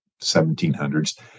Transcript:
1700s